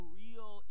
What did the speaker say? real